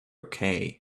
okay